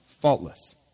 faultless